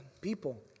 People